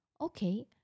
Okay